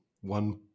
one